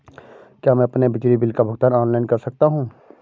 क्या मैं अपने बिजली बिल का भुगतान ऑनलाइन कर सकता हूँ?